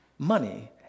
Money